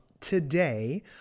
today